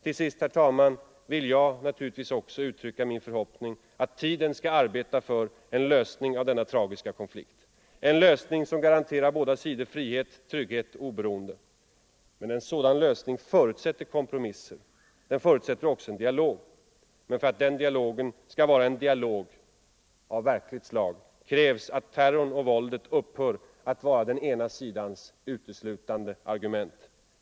Till sist, herr talman, vill jag naturligtvis också uttrycka min förhoppning att tiden skall arbeta för en lösning av denna tragiska konflikt, en lösning som garanterar båda sidor frihet, trygghet och oberoende. En sådan lösning förutsätter kompromisser, den förutsätter också en dialog. Men för att den dialogen skall vara en dialog av verkligt slag krävs att terrorn och våldet upphör att vara den ena sidans uteslutande argument.